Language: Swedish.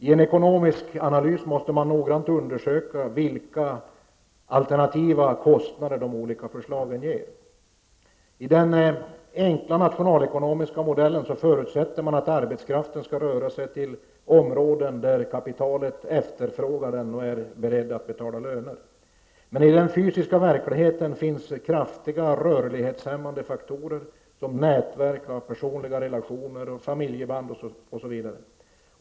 I en ekonomisk analys måste man noggrant undersöka vilka alternativa kostnader de olika förslagen ger. I den enkla nationalekonomiska modellen förutsätter man att arbetskraften skall röra sig till områden där kapitalet efterfrågar folk och är beredd att betala löner. Men i den fysiska verkligen finns kraftiga rörlighetshämmade faktorer såsom nätverk av personliga relationer, familjeband osv.